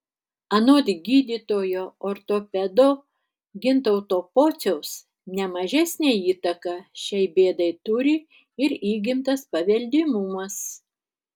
anot gydytojo ortopedo gintauto pociaus ne mažesnę įtaką šiai bėdai turi ir įgimtas paveldimumas